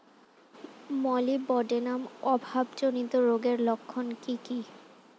Molybdenum অভাবজনিত রোগের লক্ষণ কি কি?